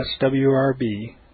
SWRB